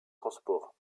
transports